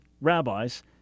rabbis